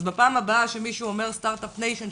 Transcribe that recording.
אז בפעם הבאה שמישהו אומר סטארט-אפ ניישן,